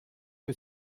que